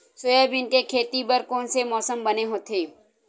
Soybean के खेती बर कोन से मौसम बने होथे?